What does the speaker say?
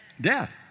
death